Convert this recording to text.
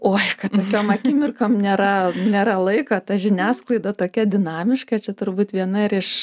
oi kad tokiom akimirkom nėra nėra laiko ta žiniasklaida tokia dinamiška čia turbūt viena ir iš